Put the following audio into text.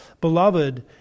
Beloved